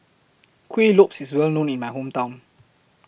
Kuih Lopes IS Well known in My Hometown